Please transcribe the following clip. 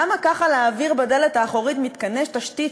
למה ככה להעביר בדלת האחורית מתקני תשתית,